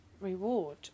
reward